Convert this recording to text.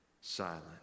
silent